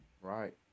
Right